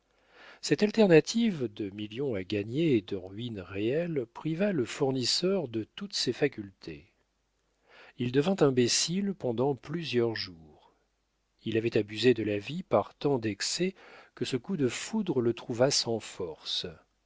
cette alternative de millions à gagner et de ruine réelle priva le fournisseur de toutes ses facultés il devint imbécile pendant plusieurs jours il avait abusé de la vie par tant d'excès que ce coup de foudre le trouva sans force